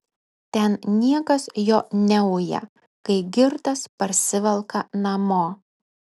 ten niekas jo neuja kai girtas parsivelka namo